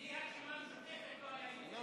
בלי הרשימה המשותפת לא היה יוצא לפועל.